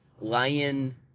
lion